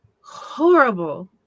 horrible